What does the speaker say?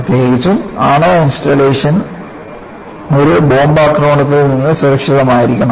പ്രത്യേകിച്ചും ആണവ ഇൻസ്റ്റാളേഷനുകൾ ഒരു ബോംബ് ആക്രമണത്തിൽ നിന്ന് സുരക്ഷിതമായിരിക്കണം